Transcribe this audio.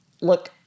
look